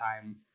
time